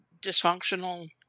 dysfunctional